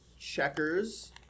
checkers